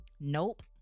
Nope